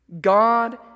God